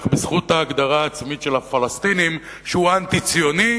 בזכות ההגדרה העצמית של הפלסטינים שהוא אנטי-ציוני,